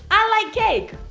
i like cake.